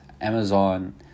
Amazon